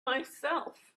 myself